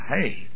Hey